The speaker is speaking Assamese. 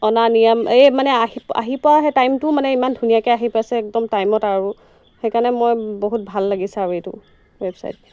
অনা নিয়ম এই মানে আহি প আহি পোৱা সেই টাইমটো মানে ইমান ধুনীয়াকৈ আহি পাইছে একদম টাইমত আৰু সেইকাৰণে মই বহুত ভাল লাগিছে আৰু এইটো ৱেবছাইট